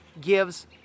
gives